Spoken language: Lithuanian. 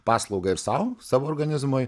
paslaugą ir sau savo organizmui